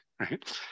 right